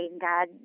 God